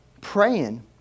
praying